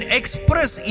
express